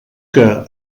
que